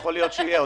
יכול להיות שיהיה.